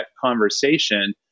conversation